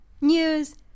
news